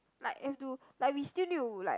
like have to like we still need to like